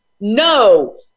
no